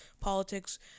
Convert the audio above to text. Politics